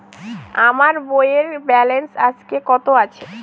আমার বইয়ের ব্যালেন্স আজকে কত আছে?